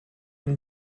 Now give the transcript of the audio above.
een